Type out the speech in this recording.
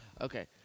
Okay